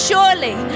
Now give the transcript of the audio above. Surely